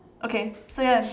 okay so you want